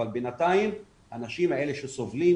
אבל בינתיים האנשים האלה שסובלים,